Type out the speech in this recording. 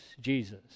Jesus